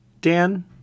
Dan